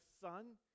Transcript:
son